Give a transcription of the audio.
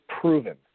proven